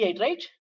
right